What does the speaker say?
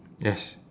yes